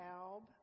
alb